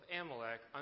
Amalek